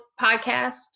podcast